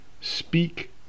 speak